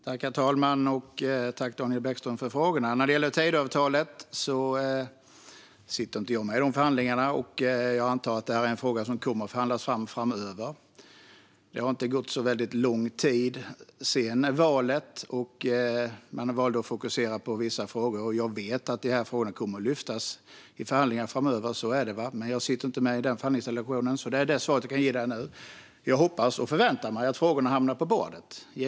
Herr talman! Tack, Daniel Bäckström, för frågorna! När det gäller Tidöavtalet satt jag inte med i förhandlingarna, men jag antar att det är en fråga som kommer att förhandlas framöver. Det har inte gått så lång tid sedan valet, och man har valt att fokusera på vissa frågor. Jag vet att denna fråga kommer att lyftas upp i förhandlingar framöver, men jag sitter inte med i förhandlingsdelegationen. Det är det svar jag kan ge nu, men jag hoppas och förväntar mig givetvis att frågorna hamnar på bordet.